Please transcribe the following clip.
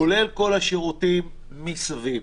כולל כל השירותים מסביב.